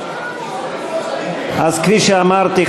אז כפי שאמרתי,